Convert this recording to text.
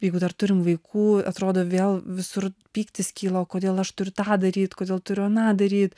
jeigu dar turim vaikų atrodo vėl visur pyktis kyla kodėl aš turiu tą daryt kodėl turiu aną daryt